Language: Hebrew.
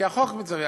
כי החוק מצווה.